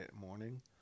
morning